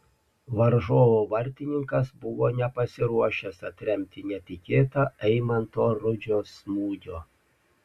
varžovų vartininkas buvo nepasiruošęs atremti netikėtą eimanto rudžio smūgio